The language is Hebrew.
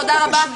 תודה רבה.